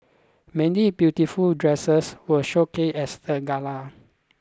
many beautiful dresses were showcased as a gala